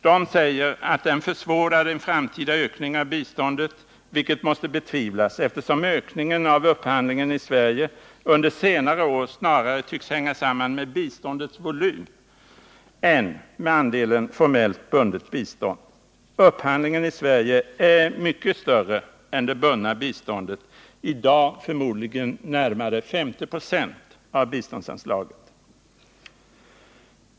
De säger att sänkningen försvårar en framtida ökning av biståndet vilket måste betvivlas, eftersom ökningen av upphandlingen i Sverige under senare år snarare tycks hänga samman med biståndets volym än med andelen formellt bundet bistånd. Upphandlingen i Sverige är mycket större än det bundna biståndet — i dag förmodligen 50 96 av biståndsanslaget.